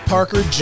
Parker